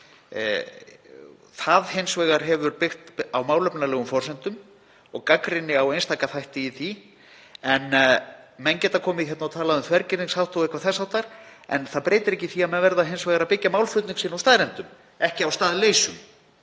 hins vegar byggt á málefnalegum forsendum og gagnrýni á einstaka þætti í því. Menn geta komið hingað og talað um þvergirðingshátt og eitthvað þess háttar en það breytir ekki því að þeir verða að byggja málflutning sinn á staðreyndum, ekki á staðleysum,